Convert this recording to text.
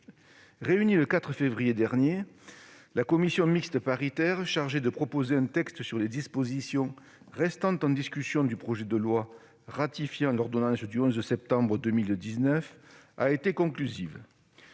Réunie le 4 février dernier, la commission mixte paritaire chargée de proposer un texte sur les dispositions restant en discussion du projet de loi ratifiant l'ordonnance du 11 septembre 2019 a été conclusive.